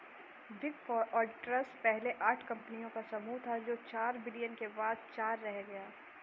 big four auditors पहले आठ कंपनियों का समूह था जो विलय के बाद चार रह गया